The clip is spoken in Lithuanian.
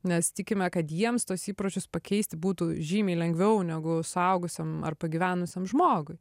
nes tikime kad jiems tuos įpročius pakeisti būtų žymiai lengviau negu suaugusiam ar pagyvenusiam žmogui